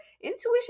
intuition